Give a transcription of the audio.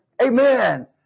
Amen